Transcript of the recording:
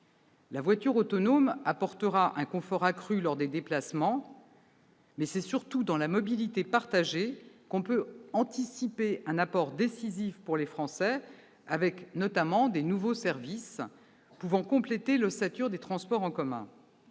La voiture autonome apportera un confort accru lors des déplacements, mais c'est surtout en matière de mobilité partagée que l'on peut anticiper un apport décisif pour les Français, grâce notamment à de nouveaux services susceptibles de compléter l'ossature des transports en commun,